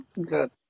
good